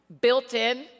built-in